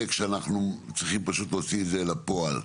כשאנחנו צריכים פשוט להוציא את זה אל הפועל.